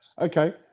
Okay